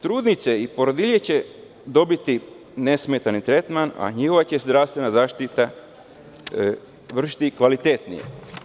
Trudnice i porodilje će dobiti nesmetani tretman, a njihova će se zdravstvena zaštita vršiti kvalitetnije.